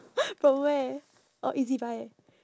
from where orh ezbuy